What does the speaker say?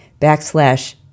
backslash